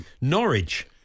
Norwich